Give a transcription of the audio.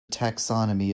taxonomy